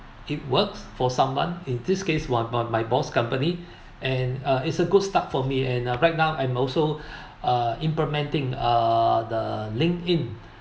it works for someone in this case what but my boss company and uh is a good start for me and a breakdown I'm also a implementing uh the Linkedin